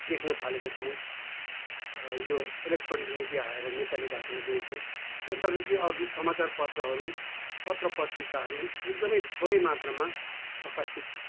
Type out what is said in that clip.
देख्नथालेका छौँ यो electronic media आएर नेपाली भाषामा देखेका छौँ त्यसअघि ती अघि समाचारपत्रहरू पत्रपत्रिकाहरू एकदमै थोरैमात्रामा प्रकाशित